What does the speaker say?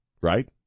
right